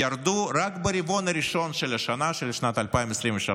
ירדו רק ברבעון הראשון של השנה, של שנת 2023,